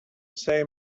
say